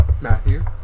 matthew